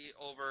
over